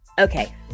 Okay